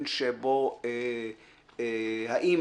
האם